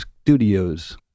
Studios